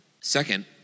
Second